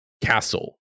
castle